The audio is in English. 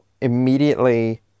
immediately